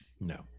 No